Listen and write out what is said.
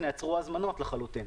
נעצרו הזמנות לחלוטין,